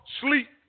sleep